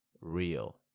real